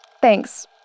Thanks